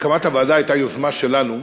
הקמת הוועדה הייתה יוזמה שלנו,